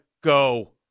go